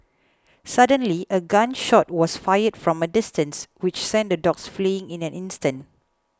suddenly a gun shot was fired from a distance which sent the dogs fleeing in an instant